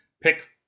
pick